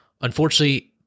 Unfortunately